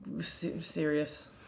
serious